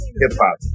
hip-hop